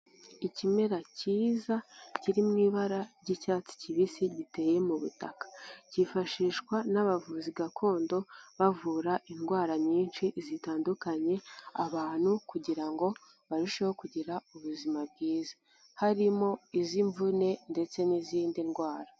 Ikimera cyiza kiri mu ibara ry'icyatsi kibisi giteye mu butaka, cyifashishwa n'abavuzi gakondo bavura indwara nyinshi zitandukanye abantu kugira ngo barusheho kugira ubuzima bwiza, harimo iz'imvune ndetse n'izindi ndwara.